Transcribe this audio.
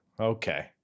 Okay